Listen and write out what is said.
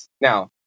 Now